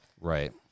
Right